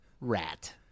rat